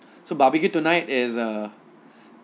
so barbecue tonight is a